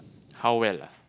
how well